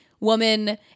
woman